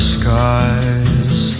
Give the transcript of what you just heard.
skies